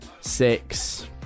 six